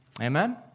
Amen